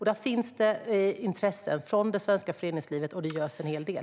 Här finns intresse från det svenska föreningslivet, och det görs en hel del.